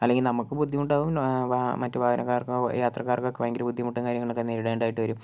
അല്ലെങ്കിൾ നമ്മൾക്ക് ബുദ്ധിമുട്ടാവും മറ്റു വാഹനക്കാർക്ക് യാത്രക്കാർക്കൊക്കെ ഭയങ്കര ബുദ്ധിമുട്ടും കാര്യങ്ങളൊക്കെ നേരിടേണ്ടതായിട്ട് വരും